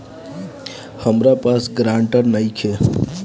हमरा पास ग्रांटर नइखे?